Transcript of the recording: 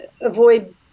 avoid